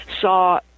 saw